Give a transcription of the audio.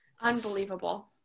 Unbelievable